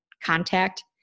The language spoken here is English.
contact